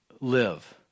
live